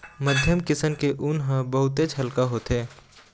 मध्यम किसम के ऊन ह बहुतेच हल्का होथे